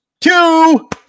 two